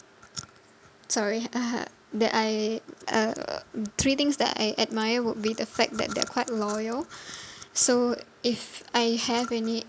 sorry that I uh three things that I admire would be the fact that they're quite loyal so if I have any